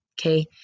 Okay